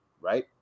right